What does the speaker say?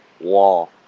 Wall